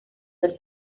del